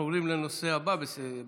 אנחנו עוברים לנושא הבא בסדר-היום,